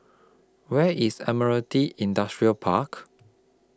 Where IS Admiralty Industrial Park